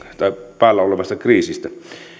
tai päällä olevasta kriisistä